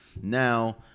Now